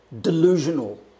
delusional